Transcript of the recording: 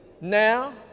Now